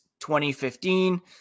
2015